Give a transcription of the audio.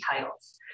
titles